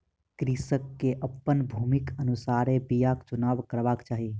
कृषक के अपन भूमिक अनुसारे बीयाक चुनाव करबाक चाही